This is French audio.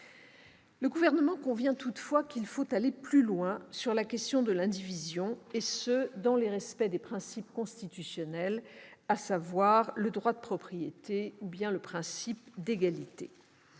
Le Gouvernement convient toutefois qu'il faut aller plus loin sur la question de l'indivision, et ce dans le respect des principes constitutionnels, à savoir le droit de propriété ou le principe d'égalité.